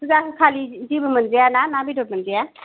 फुजा होखालि जेबो मोनजाया ना ना बेदर मोनजाया